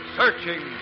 searching